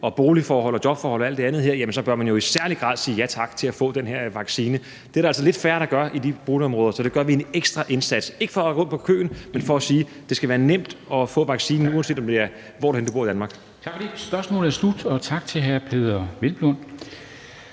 og boligforhold og jobforhold og alt det andet her, så bør man jo i særlig grad sige ja tak til at få den her vaccine. Det er der altså lidt færre, der gør i de boligområder, så der gør vi en ekstra indsats – ikke for at rykke rundt på køen, men for at sige, at det skal være nemt at få vaccinen, uanset hvorhenne du bor i Danmark.